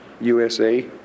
USA